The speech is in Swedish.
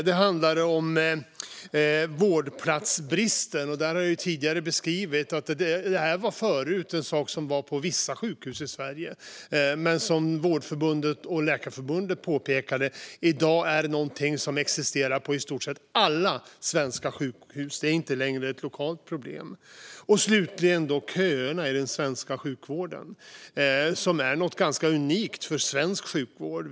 Det handlade om vårdplatsbristen, som tidigare var något som förekom på vissa sjukhus i Sverige men som i dag enligt Vårdförbundet och Läkarförbundet existerar på i stort sett alla svenska sjukhus. Det är inte längre ett lokalt problem. Slutligen handlade det om köerna i den svenska sjukvården, som är något ganska unikt för svensk sjukvård.